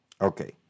Okay